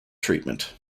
treatment